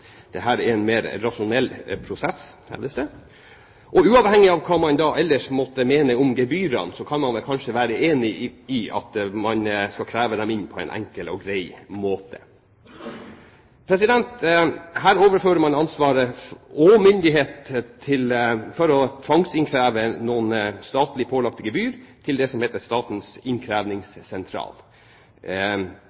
det. Uavhengig av hva man ellers måtte mene om gebyrene, kan man kanskje være enig i at man skal kreve dem inn på en enkel og grei måte. Her overfører man ansvaret og myndighet for å tvangsinnkreve noen statlig pålagte gebyr til det som heter Statens